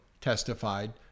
testified